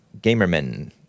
Gamerman